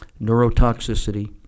neurotoxicity